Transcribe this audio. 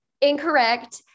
Incorrect